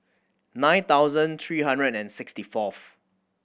nine thousand three hundred and sixty fourth